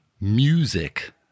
music